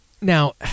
now